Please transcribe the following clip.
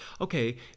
okay